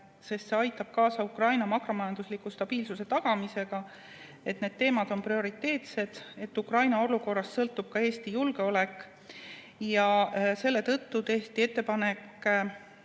andmine] aitab kaasa Ukraina makromajandusliku stabiilsuse tagamisele, need teemad on prioriteetsed ja Ukraina olukorrast sõltub ka Eesti julgeolek. Selle tõttu tehti ettepanek